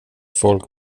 folk